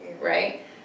right